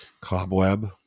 Cobweb